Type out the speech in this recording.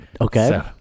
Okay